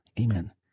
Amen